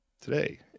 Today